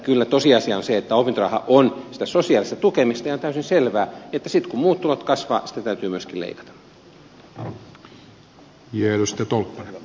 kyllä tosiasia on se että opintoraha on sitä sosiaalista tukemista ja on täysin selvää että sitten kun muut tulot kasvavat sitä täytyy myöskin leikata